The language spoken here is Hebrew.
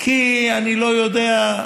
כי אני לא יודע,